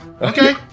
Okay